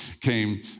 came